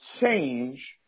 change